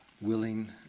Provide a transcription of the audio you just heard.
willing